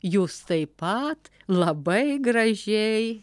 jūs taip pat labai gražiai